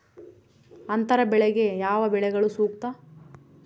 ಅಂತರ ಬೆಳೆಗೆ ಯಾವ ಬೆಳೆಗಳು ಸೂಕ್ತ?